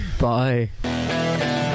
Bye